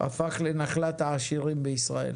הפך לנחלת העשירים בישראל